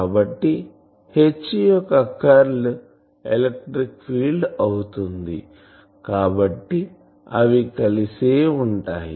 కాబట్టి H యొక్క curl electric field అవుతుంది కాబట్టి అవి కలిసే ఉంటాయి